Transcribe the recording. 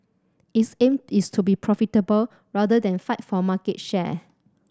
its aim is to be profitable rather than fight for market share